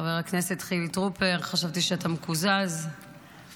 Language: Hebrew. חבר הכנסת חילי טרופר, חשבתי שאתה מקוזז ערני.